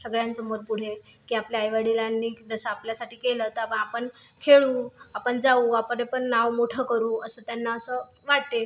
सगळ्यांचं मत पुढे की आपल्या आईवडिलांनी जसं आपल्यासाठी केलं तर मग आपण खेळू आपण जाऊ आपणपण नाव मोठं करू असं त्यांना असं वाटते